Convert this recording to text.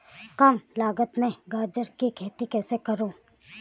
कम लागत में गाजर की खेती कैसे करूँ?